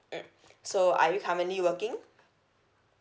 mm so are you currently working